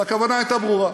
הכוונה הייתה ברורה: